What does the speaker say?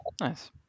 Nice